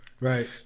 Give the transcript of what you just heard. Right